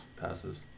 passes